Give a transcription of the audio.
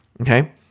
Okay